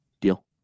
deal